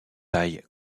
taille